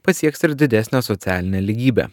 pasieks ir didesnę socialinę lygybę